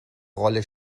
rolle